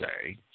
say